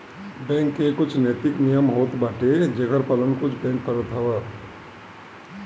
bank के कुछ नैतिक नियम होत बाटे जेकर पालन कुछ बैंक करत हवअ